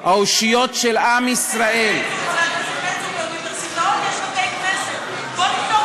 האושיות של עם ישראל, בתי-הכנסת, חבר הכנסת